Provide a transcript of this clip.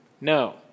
No